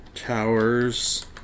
Towers